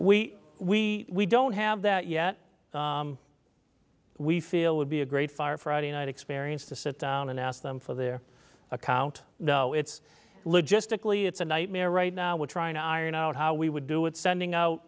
we we we don't have that yet we feel would be a great fire friday night experience to sit down and ask them for their account though it's logistically it's a nightmare right now we're trying to iron out how we would do it sending out